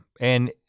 and-